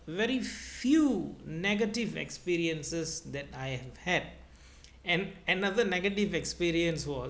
very few negative experiences that I have had and another negative experience was